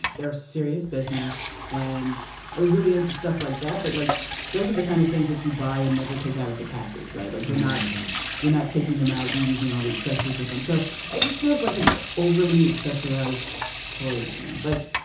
they're serious business. and i was really into stuff like that but like those are the kind of things that you buy and never take out of the package right. like you're not you're not taking them out and using all the accessories with them so it just feels like an overly accessorized toy to me like.